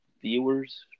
viewers